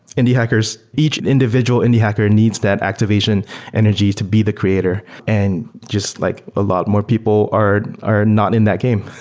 indie hackers, each individual indie hacker needs that activation energy to be the creator and just like a lot more people are are not in that game,